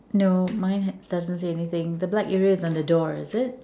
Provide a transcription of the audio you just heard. no mine ha~ doesn't say anything the black area is on the door is it